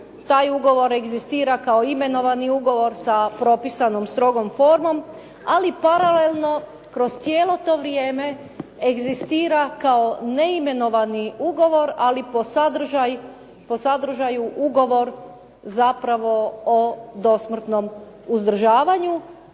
taj ugovor egzistira kao imenovani ugovor sa propisanom strogom formom, ali paralelno kroz cijelo to vrijeme egzistira kao neimenovani ugovor ali po sadržaju ugovor zapravo o dosmrtnom uzdržavanju,